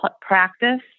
practice